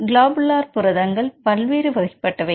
globular புரதங்கள் பல்வேறு வகைப்பட்டவை